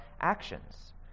actions